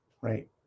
right